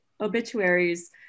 obituaries